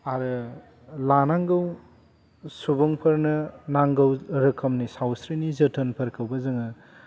आरो लानांगौ सुबुंफोरनो नांगौ रोखोमनि सावस्रिनि जोथोनफोरखौबो जोङो